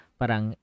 parang